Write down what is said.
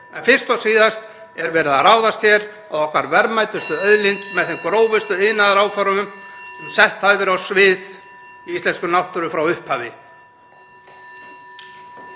En fyrst og síðast er verið að ráðast hér á okkar verðmætustu auðlind með þeim grófustu iðnaðaráformum sem sett hafa verið á svið í íslenskri náttúru frá upphafi.